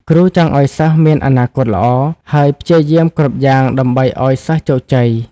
គ្រូចង់ឱ្យសិស្សមានអនាគតល្អ ហើយព្យាយាមគ្រប់យ៉ាងដើម្បីឱ្យសិស្សជោគជ័យ។